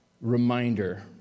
reminder